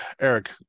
Eric